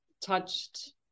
touched